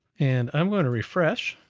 and i'm gonna refresh.